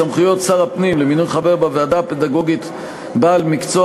סמכויות שר הפנים למינוי חבר בוועדה הפדגוגית בעל מקצוע